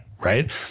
Right